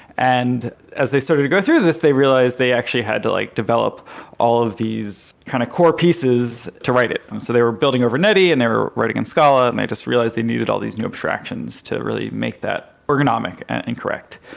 and as they started to go through this, they realized they actually had to like develop all of these kind of core pieces to write it. so they were building over nete and they were writing and scala and they just realized they needed all these new abstractions to really make that ergonomic incorrect.